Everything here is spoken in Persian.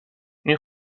این